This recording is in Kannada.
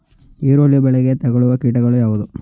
ಈರುಳ್ಳಿ ಬೆಳೆಗೆ ತಗಲುವ ಕೀಟಗಳು ಯಾವುವು?